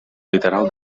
literal